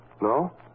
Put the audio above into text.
No